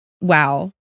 wow